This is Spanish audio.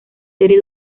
serie